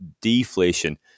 deflation